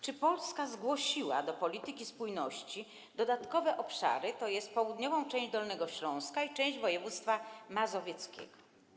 Czy Polska zgłosiła w zakresie polityki spójności dodatkowe obszary, tj. południową część Dolnego Śląska i część województwa mazowieckiego?